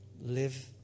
Live